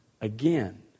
again